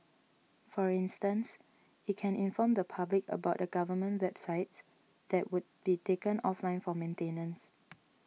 for instance it can inform the public about the government websites that would be taken offline for maintenance